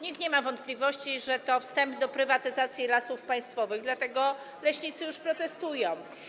Nikt nie ma wątpliwości, że to wstęp do prywatyzacji Lasów Państwowych, dlatego leśnicy już protestują.